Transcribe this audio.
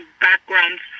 backgrounds